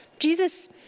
Jesus